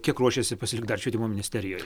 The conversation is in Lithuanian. kiek ruošiasi pasilikti dar švietimo ministerijoj